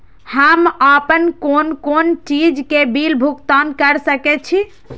हम आपन कोन कोन चीज के बिल भुगतान कर सके छी?